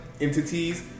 entities